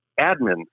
admin